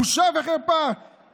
בושה וחרפה,